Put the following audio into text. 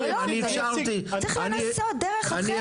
צריך לנסות דרך אחרת.